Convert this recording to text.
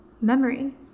memory